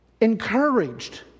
encouraged